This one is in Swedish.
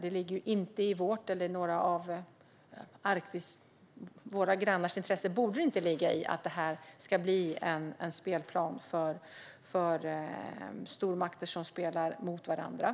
Det borde inte ligga i vårt eller några av våra grannars intresse att detta blir en spelplan för stormakter som spelar mot varandra.